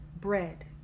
bread